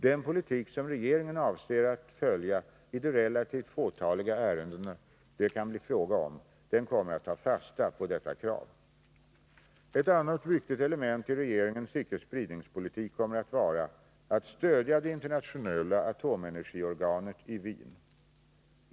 Den politik som regeringen avser följa i de relativt fåtaliga ärenden det blir fråga om kommer att ta fasta på detta krav. Ett annat viktigt element i regeringens icke-spridningspolitik kommer att vara att stödja det internationella atomenergiorganet i Wien.